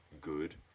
good